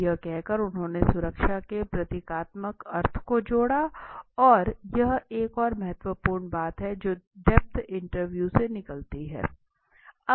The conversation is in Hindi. तो यह कहकर उन्होंने सुरक्षा के प्रतीकात्मक अर्थ को जोड़ा और यह एक और महत्वपूर्ण बात है जो डेप्थ इंटरव्यू से निकलती है